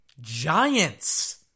Giants